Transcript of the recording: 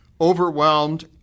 overwhelmed